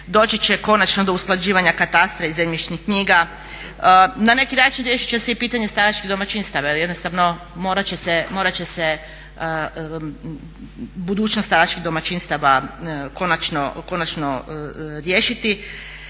Doći će konačno do usklađivanja katastra i zemljišnih knjiga. Na neki način riješit će se i pitanje staračkih domaćinstava, jer jednostavno morat će se budućnost staračkih domaćinstava konačno riješiti.